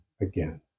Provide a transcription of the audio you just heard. again